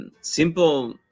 simple